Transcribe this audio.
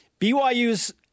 BYU's